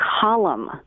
column